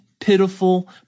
pitiful